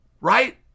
right